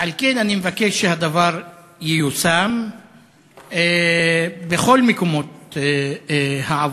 ועל כן אני מבקש שהדבר ייושם בכל מקומות העבודה,